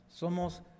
somos